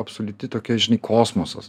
absoliuti tokia žinai kosmosas